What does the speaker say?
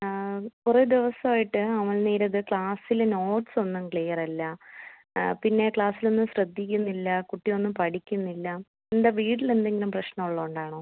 ആ കുറെ ദിവസമായിട്ട് അമൽ നീരദ് ക്ലാസ്സിൽ നോട്ട്സൊന്നും ക്ലിയറല്ല പിന്നെ ക്ലാസിലൊന്നും ശ്രദ്ധിക്കുന്നില്ല കുട്ടി ഒന്നും പഠിക്കുന്നില്ല എന്താണ് വീട്ടിലെന്തെങ്കിലും പ്രശ്നമുള്ളോണ്ടാണൊ